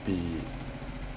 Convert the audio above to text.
be